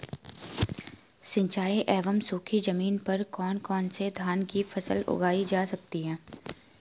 सिंचाई एवं सूखी जमीन पर कौन कौन से धान की फसल उगाई जा सकती है?